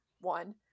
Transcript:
one